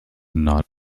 not